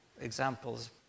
examples